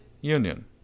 union